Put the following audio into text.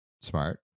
Smart